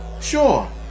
Sure